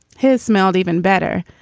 his smelled even better.